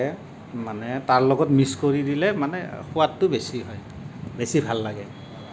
মানে তাৰ লগত মিক্স কৰি দিলে মানে সোৱাদটো বেছি হয় বেছি ভাল লাগে